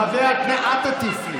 חבר הכנסת, אל תטיף לי.